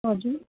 हजुर